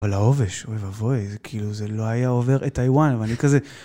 אבל העובש, אוי ואבוי, זה כאילו, זה לא היה עובר את טאיוואן, ואני כזה...